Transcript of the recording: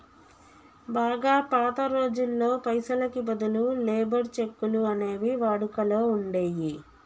బాగా పాత రోజుల్లో పైసలకి బదులు లేబర్ చెక్కులు అనేవి వాడుకలో ఉండేయ్యి